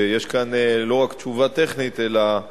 שיש פה לא רק תשובה טכנית אלא גם